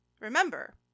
remember